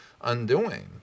undoing